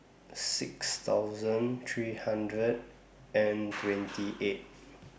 six thousand three hundred and twenty eight